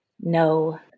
No